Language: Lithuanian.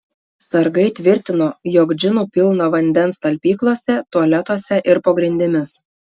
sargai tvirtino jog džinų pilna vandens talpyklose tualetuose ir po grindimis